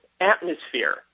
atmosphere